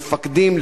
המפקדים,